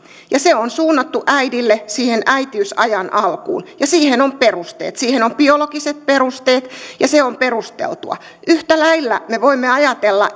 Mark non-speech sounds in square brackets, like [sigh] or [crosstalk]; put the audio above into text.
se on suunnattu äidille siihen äitiysajan alkuun ja siihen on perusteet siihen on biologiset perusteet ja se on perusteltua yhtä lailla me voimme ajatella [unintelligible]